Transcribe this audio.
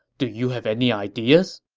do you have any ideas?